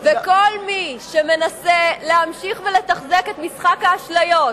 כל מי שמנסה להמשיך ולתחזק את משחק האשליות,